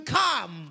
come